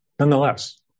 Nonetheless